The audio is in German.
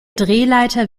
drehleiter